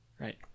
Right